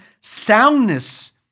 soundness